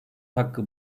hakkı